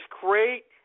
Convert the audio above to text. great